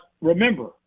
Remember